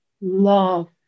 love